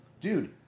Dude